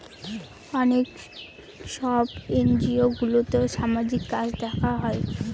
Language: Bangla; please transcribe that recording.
অনেক সব এনজিওগুলোতে সামাজিক কাজ দেখা হয়